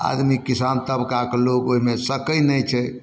आदमी किसान तबकाके लोक ओइमे सकै नहि छै